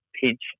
pinch